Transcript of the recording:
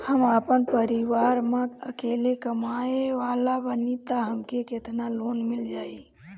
हम आपन परिवार म अकेले कमाए वाला बानीं त हमके केतना लोन मिल जाई?